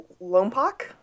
Lompoc